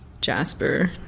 Jasper